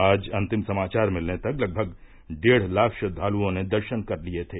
आज अन्तिम समाचार मिलने तक लगभग डेढ़ लाख श्रद्वालुओं ने दर्शन कर लिये थे